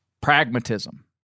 pragmatism